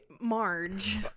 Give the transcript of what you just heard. Marge